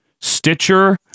Stitcher